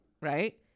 right